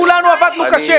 כולנו עבדנו קשה.